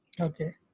Okay